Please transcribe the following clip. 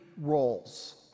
roles